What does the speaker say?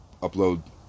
upload